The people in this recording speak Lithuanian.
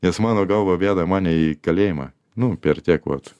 nes mano galva veda mane į kalėjimą nu per tiek vat